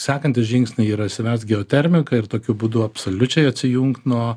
sekantys žingsniai yra savęs geotermika ir tokiu būdu absoliučiai atsijungt nuo